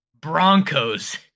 Broncos